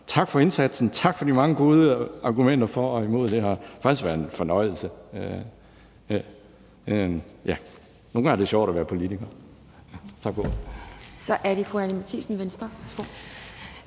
tak for indsatsen, tak for de mange gode argumenter for og imod – det har faktisk været en fornøjelse. Ja, nogle gange er det sjovt at være politiker! Tak for